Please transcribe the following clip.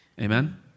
Amen